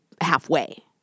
halfway